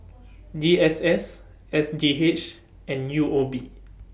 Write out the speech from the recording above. G S S S G H and U O B